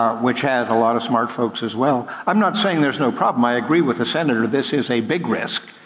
which has a lot of smart folks as well. i'm not saying there's no problem, i agree with the senator, this is a big risk.